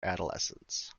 adolescence